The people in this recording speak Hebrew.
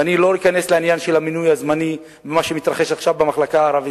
ואני לא אכנס לעניין של המינוי הזמני ומה שמתרחש עכשיו במחלקה הערבית.